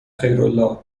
خیرالله